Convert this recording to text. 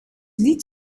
niet